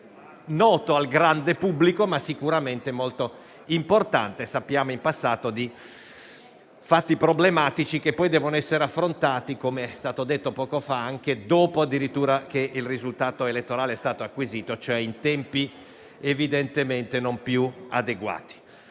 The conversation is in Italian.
noto al grande pubblico, ma sicuramente molto importante: sappiamo in passato di fatti problematici, che poi devono essere affrontati - come è stato detto poco fa - addirittura anche dopo che il risultato elettorale è stato acquisito, e cioè in tempi evidentemente non più adeguati.